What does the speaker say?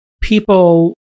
people